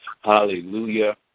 hallelujah